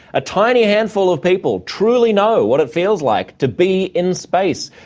a tiny handful of people truly know what it feels like to be in space.